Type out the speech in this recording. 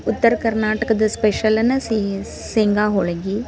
ಉತ್ತರ ಕರ್ನಾಟಕದ ಸ್ಪೆಷಲ್ಲೇನೆ ಸಿಹಿ ಶೇಂಗ ಹೋಳ್ಗೆ